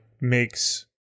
makes